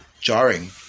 jarring